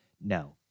no